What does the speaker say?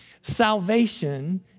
salvation